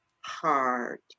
hard